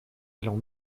allons